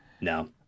no